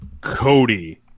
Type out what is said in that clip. Cody